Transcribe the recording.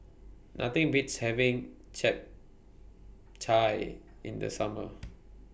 Nothing Beats having Japchae in The Summer